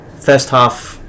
first-half